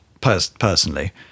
personally